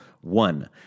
One